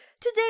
Today